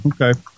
Okay